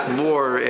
more